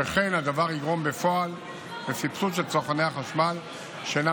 שכן הדבר יגרום בפועל לסבסוד של צרכני החשמל שאינם